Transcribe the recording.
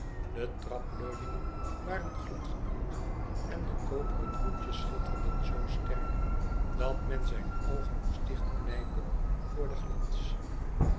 de trapleuningen waren gladgeboend en de koperen roetjes schitterden zoo sterk dat men zijn oogeh moest dichtknijpen voor den glans